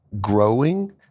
growing